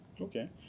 Okay